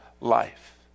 life